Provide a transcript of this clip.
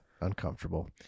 uncomfortable